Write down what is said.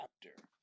chapter